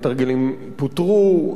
מתרגלים פוטרו,